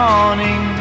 morning